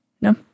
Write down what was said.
No